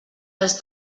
els